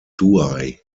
douai